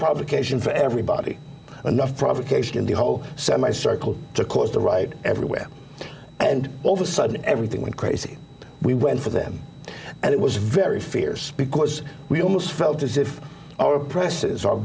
provocation for everybody enough provocation in the whole semi circle to cause the right everywhere and all the sudden everything went crazy we went for them and it was very fierce because we almost felt as if our presses